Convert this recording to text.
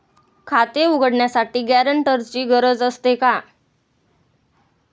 खाते उघडण्यासाठी गॅरेंटरची गरज असते का?